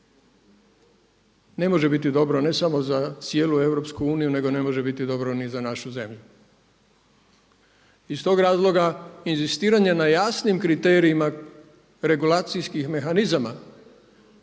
ne može biti dobro ne samo za cijelu EU nego ne može biti dobro ni za našu zemlju. Iz tog razloga inzistiranje na jasnim kriterijima regulacijskih mehanizama